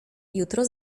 jutro